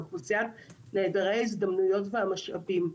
לאוכלוסיית נעדרי ההזדמנויות והמשאבים.